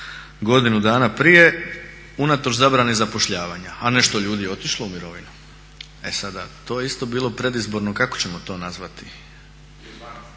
godinu dana prije unatoč zabrani zapošljavanja, a nešto je ljudi otišlo u mirovinu. E sada, to je isto bilo predizborno kako ćemo to nazvati, ne